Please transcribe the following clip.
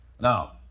Now